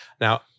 now